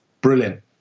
Brilliant